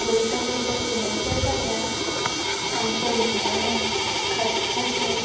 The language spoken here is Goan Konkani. गोंयच्या बद्दल उलोवचें जाल्यार आमचें मणगणें खतखतें